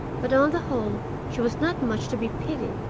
but on the whole she was not much to be pitied,